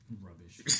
Rubbish